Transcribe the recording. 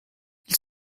ils